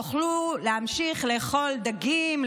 תוכלו להמשיך לאכול דגים,